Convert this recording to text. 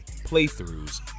playthroughs